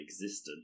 existed